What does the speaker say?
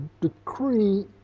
decree